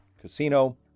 Casino